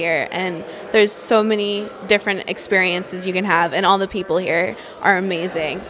here and there's so many different experiences you can have and all the people here are amazing